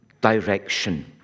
direction